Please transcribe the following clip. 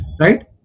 right